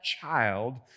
child